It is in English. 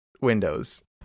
windows